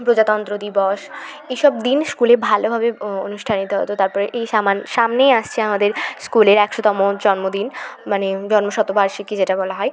প্রজাতন্ত্র দিবস এইসব দিন স্কুলে ভালোভাবে অনুষ্ঠান যেতে হতো তারপরে এই সামান সামনেই আসছে আমাদের স্কুলের একশোতম জন্মদিন মানে জন্ম শতবার্ষিকী যেটা বলা হয়